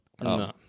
No